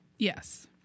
Yes